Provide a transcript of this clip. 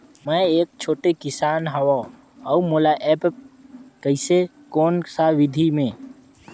मै एक छोटे किसान हव अउ मोला एप्प कइसे कोन सा विधी मे?